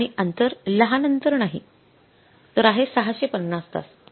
आणि अंतर लहान अंतर नाही तर आहे ६५० तास